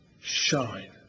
shine